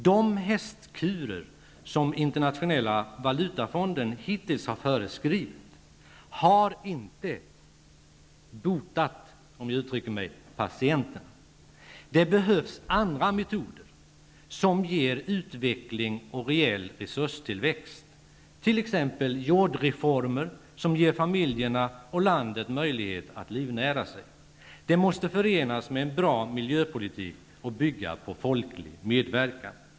De hästkurer som Internationella valutafonden hittills har föreskrivit har inte botat patienterna. Det behövs andra metoder, som innebär utveckling och reell resurstillväxt, t.ex. jordreformer som ger familjerna och landet möjlighet att livnära sig. De måste förenas med en bra miljöpolitik och bygga på folklig medverkan.